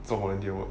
做 volunteer work